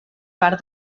part